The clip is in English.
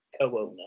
co-owner